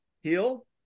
heal